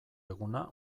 eguna